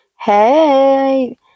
Hey